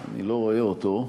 אני לא רואה אותו.